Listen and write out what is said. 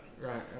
Right